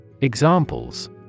Examples